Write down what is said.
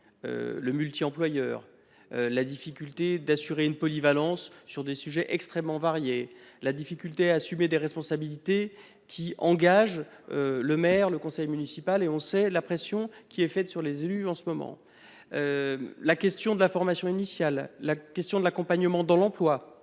Le multi-employeurs. La difficulté d'assurer une polyvalence sur des sujets extrêmement variés. La difficulté à assumer des responsabilités qui engage. Le maire, le conseil municipal et on, c'est la pression qui est faite sur les élus en ce moment. La question de la formation initiale. La question de l'accompagnement dans l'emploi,